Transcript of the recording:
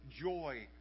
joy